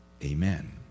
Amen